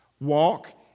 Walk